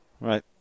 Right